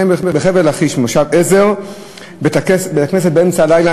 בחבל-לכיש במושב עזר בית-הכנסת נפרץ באמצע הלילה,